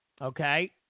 okay